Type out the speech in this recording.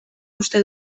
uste